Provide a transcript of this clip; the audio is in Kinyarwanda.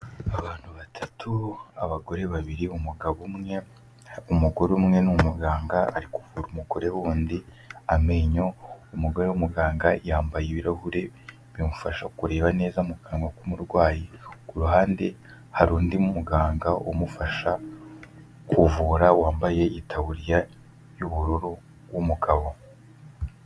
Abantu batatu, abagore babiri umugabo umwe, umugore umwe ni umuganga ari kuvura umugore w'undi amenyo, umugore w'umuganga yambaye ibirahure bimufasha kureba neza mu kanwa k'umurwayi, ku ruhande hari undi muganga umufasha kuvura wambaye itaburiya y'ubururu w'umugabo.